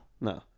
No